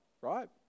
right